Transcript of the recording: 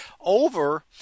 over